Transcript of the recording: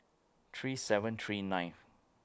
three seven three nine